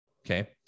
okay